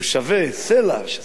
סלע זה מטבע יקרה,